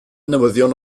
newyddion